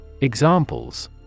Examples